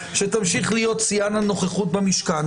שתמשיך להיות שיאן הנוכחות במשכן,